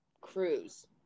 cruise